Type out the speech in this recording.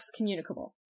excommunicable